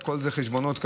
והכול זה חשבונות כלכליים,